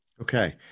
Okay